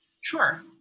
Sure